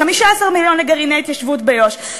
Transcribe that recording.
15 מיליון לגרעיני התיישבות ביו"ש,